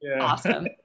awesome